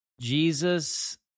Jesus